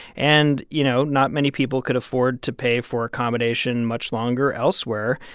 and, you know, not many people could afford to pay for accommodation much longer elsewhere.